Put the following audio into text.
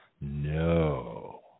No